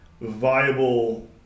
viable